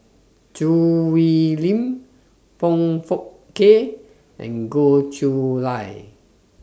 Choo Hwee Lim Foong Fook Kay and Goh Chiew Lye